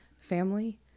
family